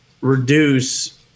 reduce